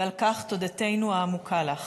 ועל כך תודתנו העמוקה לך.